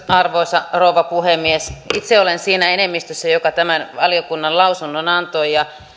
arvoisa rouva puhemies itse olen siinä enemmistössä joka tämän valiokunnan lausunnon antoi ja